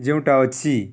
ଯେଉଁଟା ଅଛି